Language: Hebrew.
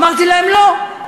אמרתי להם: לא,